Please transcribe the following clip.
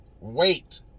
Wait